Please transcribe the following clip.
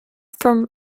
from